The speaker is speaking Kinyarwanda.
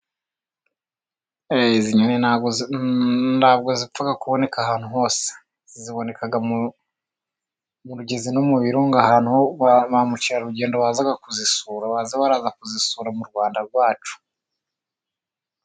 Izi nyoni ntabwo zipfa kuboneka ahantu hose, ziboneka mu rugezi no mu birunga ahantu ba mukerarugendo baza kuzisura baza baraza kuzisura mu Rwanda rwacu.